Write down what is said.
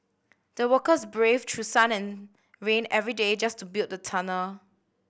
the workers braved through sun and rain every day just to build the tunnel